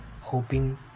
hoping